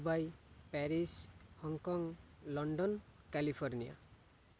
Dubai Paris Hong Kong London California